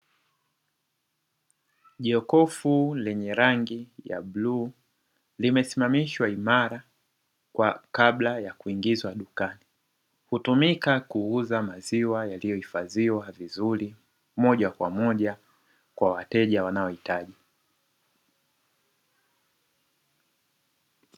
Jokofu lenye rangi ya bluu limesimamishwa imara kabla ya kuingizwa dukani. Hutumika kuuza maziwa yaliyohifadhiwa vizuri moja kwa moja kwa wateja wanaohitaji.